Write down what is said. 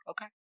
Okay